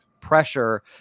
pressure